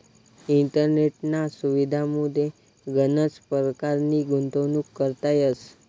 इंटरनेटना सुविधामुये गनच परकारनी गुंतवणूक करता येस